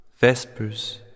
Vespers